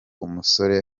umusore